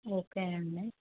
okay అండి